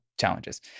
challenges